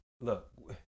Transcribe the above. look